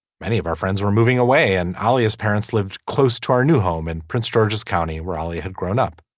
many of our friends were moving away and ali parents lived close to our new home in and prince georges county where ali had grown up.